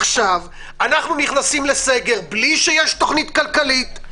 עכשיו אנחנו נכנסים לסגר בלי שיש תוכנית כלכלית,